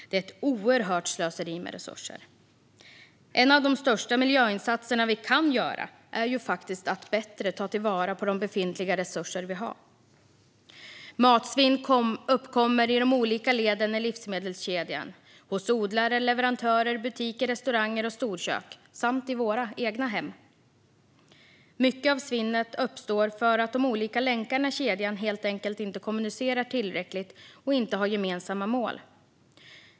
Det är ett oerhört slöseri med resurser. En av de största miljöinsatser som vi kan göra är faktiskt att bättre ta till vara de befintliga resurser som vi har. Matsvinn uppkommer i de olika leden i livsmedelskedjan - hos odlare, leverantörer, butiker, restauranger och storkök samt i våra egna hem. Mycket av svinnet uppstår för att de olika länkarna i kedjan helt enkelt inte kommunicerar tillräckligt och inte har gemensamma mål.